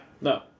no